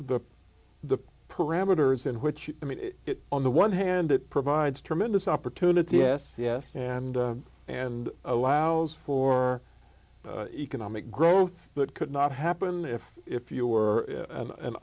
the the parameters in which i mean on the one hand it provides tremendous opportunity yes yes and and allows for economic growth but could not happen if if you were an